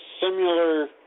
similar